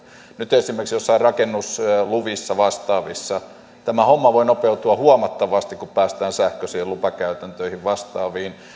nyt esimerkiksi joissain rakennusluvissa tai vastaavissa tämä homma voi nopeutua huomattavasti kun päästään sähköisiin lupakäytäntöihin ja vastaaviin myöskin